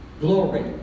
Glory